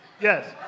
Yes